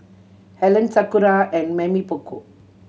Helen Sakura and Mamy Poko